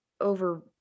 over